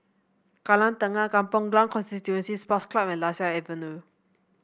Kallang Tengah Kampong Glam Constituency Sports Club and Lasia Avenue